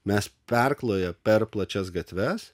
mes perkloję per plačias gatves